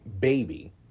baby